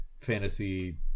fantasy